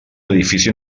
edifici